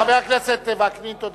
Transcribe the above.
חבר הכנסת וקנין, תודה.